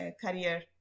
career